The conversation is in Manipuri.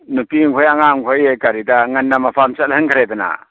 ꯅꯨꯄꯤ ꯈꯣꯏ ꯑꯉꯥꯡ ꯈꯣꯏ ꯀꯔꯤꯗ ꯉꯟꯅ ꯃꯄꯥꯝ ꯆꯠꯍꯟꯈ꯭ꯔꯦꯗꯅ